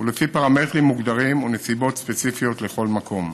ולפי פרמטרים מוגדרים ונסיבות ספציפיות לכל מקום.